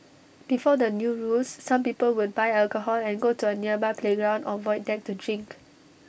before the new rules some people would buy alcohol and go to A nearby playground or void deck to drink